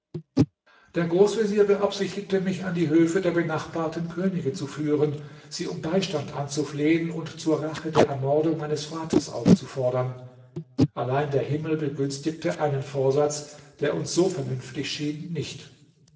der großvezier beabsichtigte mich an die höfe der benachbarten könige zu führen sie um beistand anzuflehen und zur rache der ermordung meines vaters aufzufordern allein der himmel begünstigte einen vorsatz der uns so vernünftig schien nicht